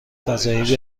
فضایی